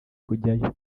kujyayo